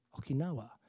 Okinawa